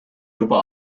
juba